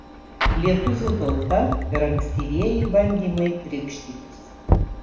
lietuvių tauta ir ankstyvieji bandymai krikštytis